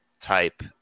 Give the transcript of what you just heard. type